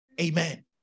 Amen